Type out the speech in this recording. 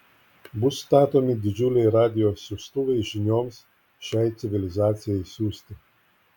bus statomi didžiuliai radijo siųstuvai žinioms šiai civilizacijai siųsti